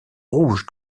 rouge